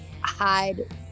hide